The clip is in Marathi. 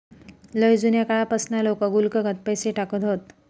लय जुन्या काळापासना लोका गुल्लकात पैसे टाकत हत